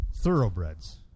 Thoroughbreds